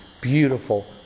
beautiful